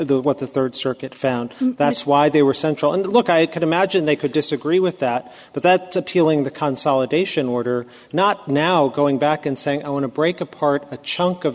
and what the third circuit found that's why they were central and look i could imagine they could disagree with that but that's appealing the consol edition order not now going back and saying i want to break apart a chunk of